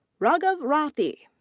raghav rathi.